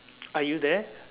are you there